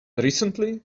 recently